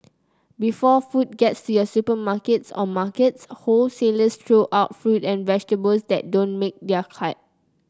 before food gets to your supermarkets or markets wholesalers throw out fruit and vegetables that don't make their cut